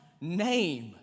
name